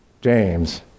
James